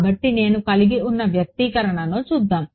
కాబట్టి నేను కలిగి ఉన్న వ్యక్తీకరణను చూద్దాం